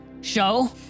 Show